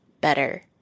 better